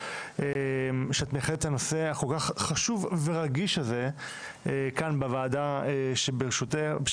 שאת מיחדת את הנושא הכל כך חשוב ורגיש הזה כאן בוועדה שבראשותך,